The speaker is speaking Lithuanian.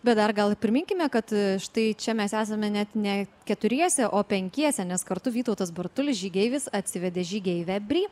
bet dar gal priminkime kad štai čia mes esame net ne keturiese o penkiese nes kartu vytautas bartulis žygeivis atsivedė žygeivę bri